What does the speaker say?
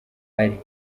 ari